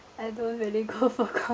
I don't really go for concerts